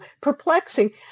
perplexing